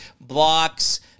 blocks